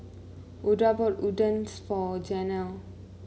Oda bought Udons for Janelle